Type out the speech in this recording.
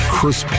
Chris